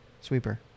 sweeper